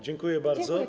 Dziękuję bardzo.